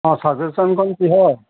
অ চাজেশ্যনখন কিহৰ